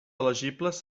elegibles